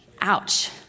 Ouch